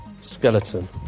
Skeleton